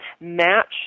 match